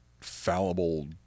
fallible